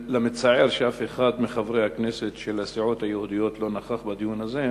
מצער שאף אחד מחברי הכנסת של הסיעות היהודיות לא נכח בדיון הזה,